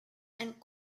and